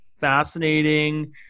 fascinating